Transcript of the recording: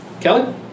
Kelly